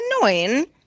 annoying